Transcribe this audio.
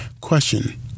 Question